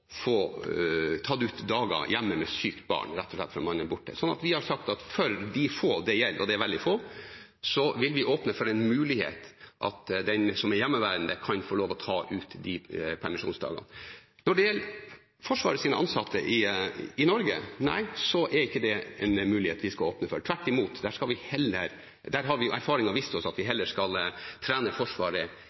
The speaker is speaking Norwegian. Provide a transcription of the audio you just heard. få tatt ut dager hjemme med sykt barn, rett og slett fordi man er borte. Vi har sagt at for de få det gjelder, og det er veldig få, vil vi åpne for muligheten til at den som er hjemmeværende, kan få lov å ta ut de permisjonsdagene. Når det gjelder Forsvarets ansatte i Norge, er ikke det en mulighet vi skal åpne for – tvert imot. Erfaring har vist oss at der skal vi heller trene Forsvaret i å bli flinkere til å legge til rette for at det skal